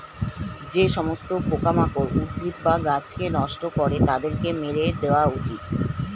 যে সমস্ত পোকামাকড় উদ্ভিদ বা গাছকে নষ্ট করে তাদেরকে মেরে দেওয়া উচিত